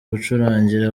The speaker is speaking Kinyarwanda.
gucurangira